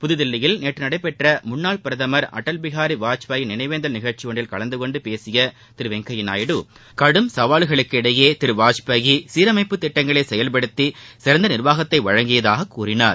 புதுதில்லியில் நேற்று நடைபெற்ற முன்னாள் பிரதமர் அடல் பிஹாரி வாஜ்பாய் நினைவேந்தல் நிகழ்ச்சி ஒன்றில் கலந்து கொண்டு பேசிய திரு வெங்கையா நாயுடு கடும் சவால்களுக்கு இடையே திரு வாஜ்பாய் சீரமைப்படத் திட்டங்களை செயல்படுத்தி சிறந்த நிர்வாகத்தை வழங்கியதாகத் கூறினார்